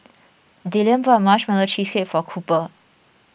Dillion bought Marshmallow Cheesecake for Cooper